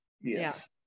yes